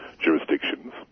jurisdictions